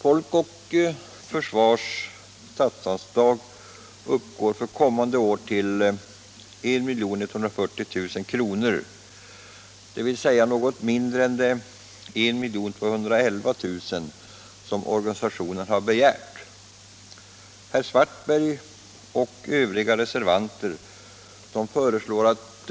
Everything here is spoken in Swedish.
Folk och försvars statsanslag uppgår för kommande år till 1 140 000 kr., dvs. något mindre än de 1 211 000 kr. som organisationen har begärt. Herr Svartberg och övriga reservanter föreslår att